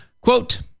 Quote